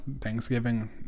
Thanksgiving